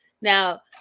Now